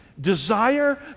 desire